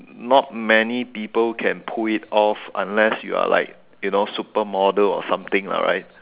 not many people can pull it off unless you are like you know supermodel or something lah right